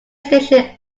station